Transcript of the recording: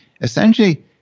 essentially